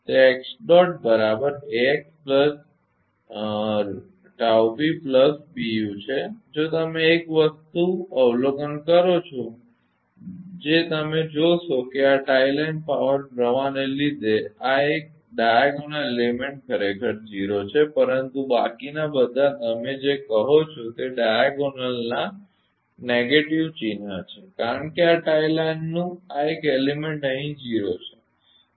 તે છે જો તમે એક વસ્તુ અવલોકન કરો છો જે તમે જોશો કે આ ટાઇ લાઇન પાવર પ્રવાહને લીધે આ એક ત્રાંસાડાયાગોનલ એલીમેન્ટ ખરેખર 0 છે પરંતુ બાકીના બધા તમે જે કહો છો તે ડાયાગોનલમાં નકારાત્મકનેગેટીવ ચિહ્ન છે અને કારણ કે આ ટાઇ લાઇનનું કે આ એક એલીમેન્ટ અહીં 0 છે